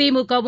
திமுகவும்